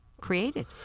created